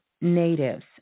natives